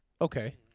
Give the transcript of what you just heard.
Okay